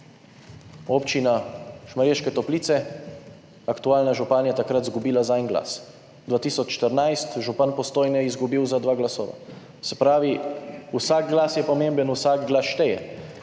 Občina Šmarješke Toplice, aktualna županja takrat izgubila za en glas. 2014, župan Postojne izgubil za dva glasova. Se pravi, vsak glas je pomemben, vsak glas šteje.